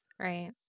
Right